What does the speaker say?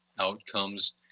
outcomes